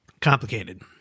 complicated